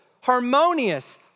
harmonious